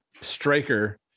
striker